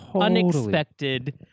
unexpected